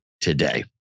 today